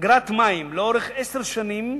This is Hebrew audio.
אגרת מים לאורך עשר שנים